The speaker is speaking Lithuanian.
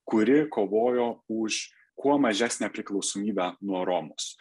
kuri kovojo už kuo mažesnę priklausomybę nuo romos